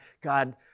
God